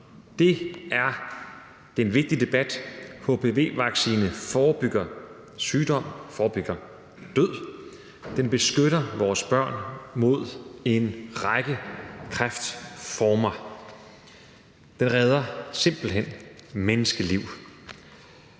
Det er en vigtig debat. Hpv-vaccinen forebygger sygdom og forebygger død. Den beskytter vores børn mod en række kræftformer. Den redder simpelt hen menneskeliv.